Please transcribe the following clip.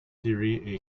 theory